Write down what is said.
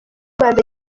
rwanda